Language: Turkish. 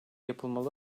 yapılmalı